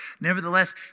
nevertheless